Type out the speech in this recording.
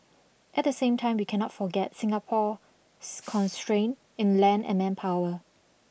at the same time we cannot forget Singapore's constraint in land and manpower